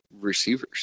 receivers